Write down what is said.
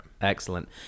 excellent